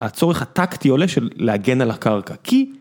הצורך הטקטי עולה של להגן על הקרקע, כי...